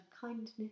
Kindness